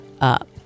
up